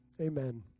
amen